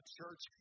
church